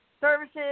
services